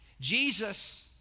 jesus